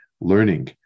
learning